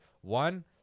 One